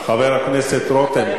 חבר הכנסת רותם,